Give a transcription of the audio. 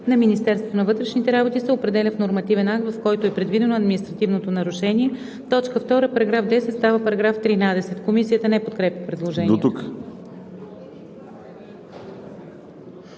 на Министерството на вътрешните работи, се определя в нормативния акт, в който е предвидено административното нарушение.“ 2. Параграф 10 става § 13.“ Комисията не подкрепя предложението.